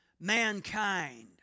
mankind